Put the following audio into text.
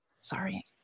sorry